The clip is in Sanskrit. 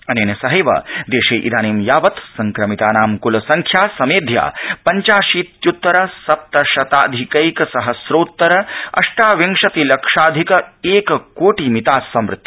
अनेन सहैव देशे इदानीं यावत् संक्रमितानां कलसंख्या समेध्य पंचाशीत्यूतर सप्त शताधिकैक सहस्रोत्तर अष्टाविंशति लक्षाधिक एककोटि मिता संवृता